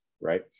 right